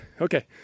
Okay